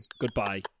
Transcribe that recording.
goodbye